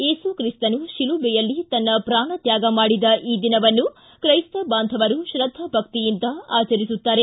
ವಿಸುಕ್ರಿಸ್ತನು ಶಿಲುಬೆಯಲ್ಲಿ ತನ್ನ ಪ್ರಾಣತ್ಯಾಗ ಮಾಡಿದ ಈ ದಿನವನ್ನು ಕೈಸ್ತ ಬಾಂಧವರು ತ್ರದ್ಧಾಭಕ್ತಿಯಿಂದ ಆಚರಿಸುತ್ತಾರೆ